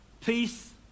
Peace